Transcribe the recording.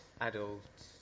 adults